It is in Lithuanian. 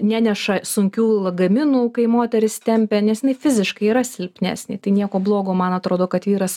neneša sunkių lagaminų kai moterys tempia nes jinai fiziškai yra silpnesnė tai nieko blogo man atrodo kad vyras